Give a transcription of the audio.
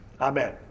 amen